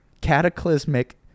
cataclysmic